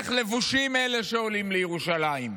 איך לבושים אלה שעולים לירושלים?